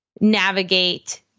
navigate